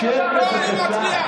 שב, בבקשה.